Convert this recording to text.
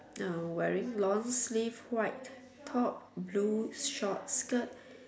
uh wearing long sleeves white top blue short skirt